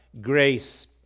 grace